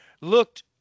looked